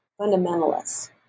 fundamentalists